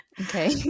Okay